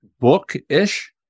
book-ish